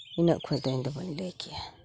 ᱤᱱᱟᱹᱜ ᱠᱷᱚᱱ ᱫᱚ ᱤᱧᱫᱚ ᱵᱟᱹᱧ ᱞᱟᱹᱭ ᱠᱮᱭᱟ